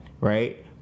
Right